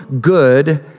good